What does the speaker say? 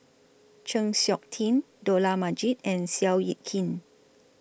Chng Seok Tin Dollah Majid and Seow Yit Kin